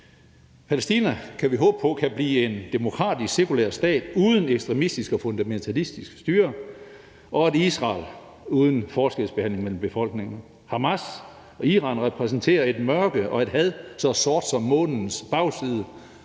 Palæstina kan blive en demokratisk, sekulær stat uden ekstremistisk og fundamentalistisk styre og på et Israel uden forskelsbehandling af befolkningen. Hamas og Iran repræsenterer et mørke og et had så sort som månens bagside,